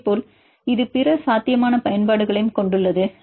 அதே போல் இது பிற சாத்தியமான பயன்பாடுகளையும் கொண்டுள்ளது